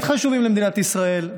באמת חשובים למדינת ישראל.